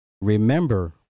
remember